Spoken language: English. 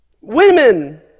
women